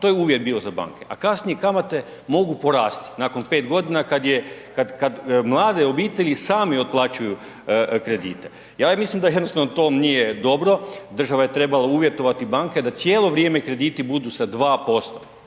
To je uvjet bio za banke, a kasnije kamate mogu porasti nakon 5 godina kad je, kad mlade obitelji sami otplaćuju kredite. Ja mislim da jednostavno to nije dobro, država je treba uvjetovati banke da cijelo vrijeme krediti budu sa 2%,